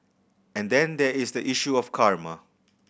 and then there is the issue of karma